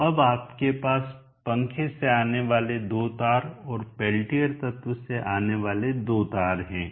तो अब आपके पास पंखे से आने वाले दो तार और पेल्टियर तत्व से आने वाले दो तार हैं